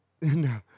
No